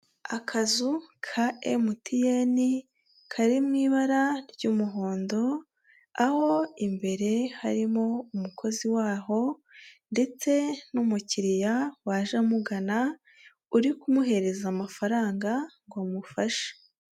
Akazu ka MTN, kari mu ibara ry'umuhondo, aho imbere harimo umukozi waho, ndetse n'umukiriya waje amugana, uri kumuhereza amafaranga ngo amufashe.